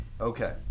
Okay